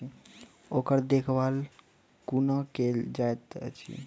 ओकर देखभाल कुना केल जायत अछि?